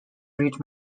reach